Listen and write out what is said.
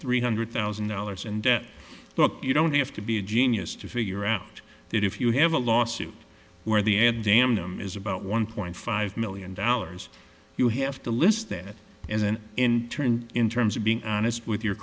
three hundred thousand dollars and you don't have to be a genius to figure out that if you have a lawsuit where the aunt damnum is about one point five million dollars you have to list that and then in turn in terms of being honest with your